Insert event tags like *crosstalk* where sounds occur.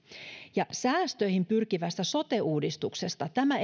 ja säästöihin pyrkivästä sote uudistuksesta tämä *unintelligible*